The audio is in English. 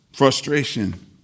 Frustration